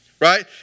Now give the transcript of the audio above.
right